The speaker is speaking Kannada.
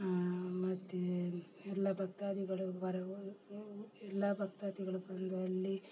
ಮತ್ತೆ ಎಲ್ಲ ಭಕ್ತಾದಿಗಳು ವರು ಎಲ್ಲ ಭಕ್ತಾದಿಗಳು ಬಂದು ಅಲ್ಲಿ